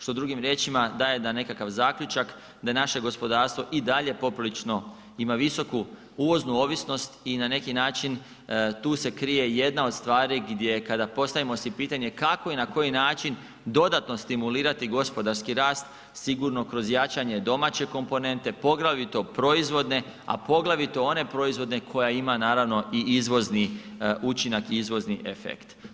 Što drugim riječima daje nekakav zaključak da je naše gospodarstvo i dalje poprilično ima visoku uvoznu ovisnost i na neki način tu se krije jedna od stvari gdje kada postavimo si pitanje kako i na koji način dodatno stimulirati gospodarski rast sigurno kroz jačanje domaće komponente poglavito proizvodne a poglavito one proizvodne koja ima naravno i izvozni učinak i izvozni efekt.